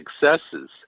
successes